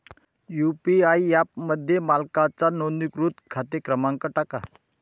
UPI ॲपमध्ये मालकाचा नोंदणीकृत खाते क्रमांक टाका